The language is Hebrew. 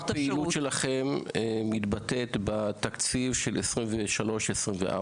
איך הפעילות שלכם מתבטאת בתקציב של 2024-2023?